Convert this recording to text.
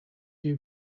you